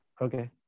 Okay